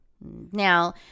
Now